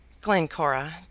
Glencora